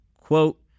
Quote